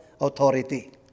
authority